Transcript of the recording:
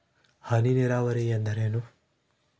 ಹನಿ ನೇರಾವರಿ ಎಂದರೇನು?